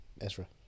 Ezra